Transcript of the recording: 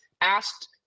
asked